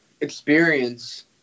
experience